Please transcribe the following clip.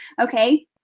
Okay